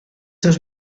seus